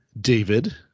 david